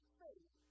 faith